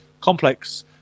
complex